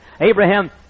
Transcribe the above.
Abraham